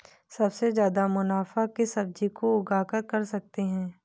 सबसे ज्यादा मुनाफा किस सब्जी को उगाकर कर सकते हैं?